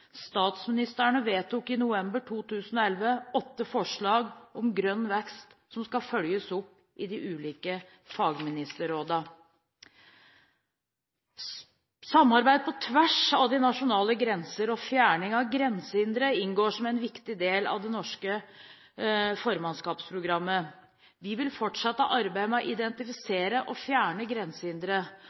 vedtok i november 2011 åtte forslag om grønn vekst som skal følges opp i de ulike fagministerrådene. Samarbeid på tvers av de nasjonale grenser og fjerning av grensehindre inngår som en viktig del av det norske formannskapsprogrammet. Vi vil fortsette arbeidet med å identifisere og fjerne grensehindre,